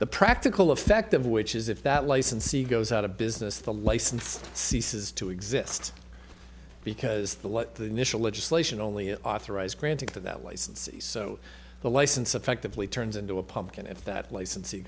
the practical effect of which is if that licensee goes out of business the license ceases to exist because the what the initial legislation only authorized granting to that licensees so the license effectively turns into a pumpkin if that licen